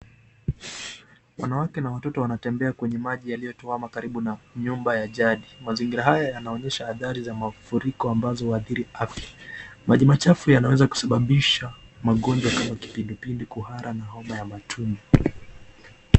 Wanawake na watoto wanatembea kwenye maji yaliyotuama karibu na nyumba ya jadi, mazingira hayo yanaonyesha adhari za mafuriko ambazo huadhiri afya, maji machafu yanaweza kusababisha magonjwa kama kipindupindu, kuhara na homa ya tumbo.